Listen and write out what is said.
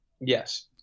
Yes